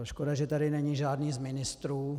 Škoda, že tady není žádný z ministrů.